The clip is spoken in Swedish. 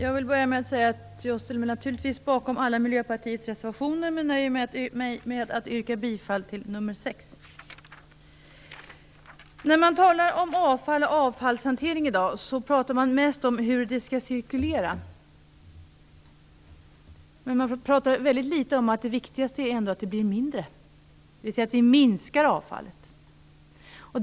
Herr talman! Jag ställer mig naturligtvis bakom Miljöpartiets alla reservationer här men nöjer mig med att yrka bifall till reservation nr 6. När man i dag talar om avfall och avfallshantering gäller det mest hur det skall cirkulera. Man pratar väldigt litet om det som är viktigast, nämligen att vi minskar avfallet.